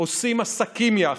עושים עסקים יחד,